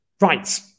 Right